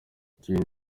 ikindi